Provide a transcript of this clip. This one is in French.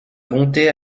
bonté